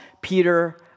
Peter